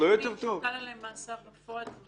אז אולי --- שהוטל עליהם מאסר בפועל.